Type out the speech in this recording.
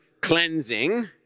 cleansing